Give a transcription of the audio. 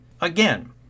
Again